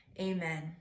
amen